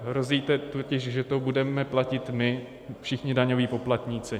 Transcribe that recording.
Hrozí totiž, že to budeme platit my, všichni daňoví poplatníci.